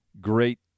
great